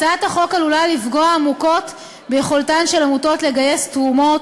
הצעת החוק עלולה לפגוע עמוקות ביכולתן של עמותות לגייס תרומות